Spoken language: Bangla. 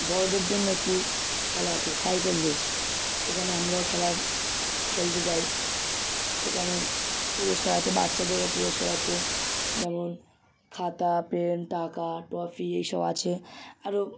বড়োদের জন্য একটি খেলা আছে সাইকেল রেস সেখানে আমরাও খেলা খেলতে যাই সেখানে পুরস্কার আছে বাচ্চাদেরও পুরস্কার আছে যেমন খাতা পেন টাকা ট্রফি এই সব আছে আরো